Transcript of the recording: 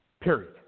period